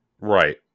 Right